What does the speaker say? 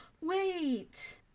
Wait